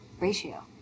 ratio